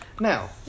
Now